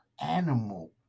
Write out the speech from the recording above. animal